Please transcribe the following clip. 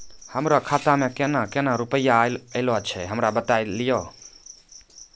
हमरो खाता मे केना केना रुपैया ऐलो छै? हमरा बताय लियै?